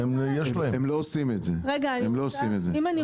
אין לו